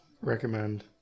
recommend